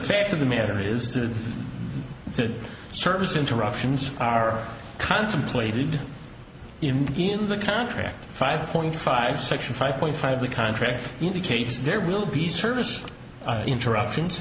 fact of the matter is the food service interruptions are contemplated in the contract five point five section five point five the contract indicates there will be service interruptions